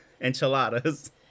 enchiladas